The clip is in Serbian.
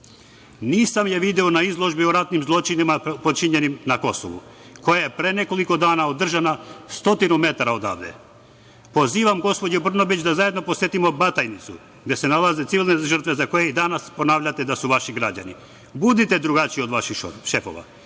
Nisam je video na izložbi o ratnim zločinima počinjenim na Kosovu koja je pre nekoliko dana održana stotinu metara odavde. Pozivam gospođu Brnabić da zajedno posetimo Batajnicu gde se nalaze civilne žrtve za koje i danas ponavljate da su vaši građani. Budite drugačiji od vaših šefova.